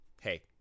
hey